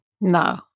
No